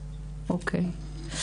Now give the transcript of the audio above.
אוקיי.